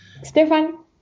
Stefan